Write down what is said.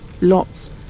lots